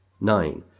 Nine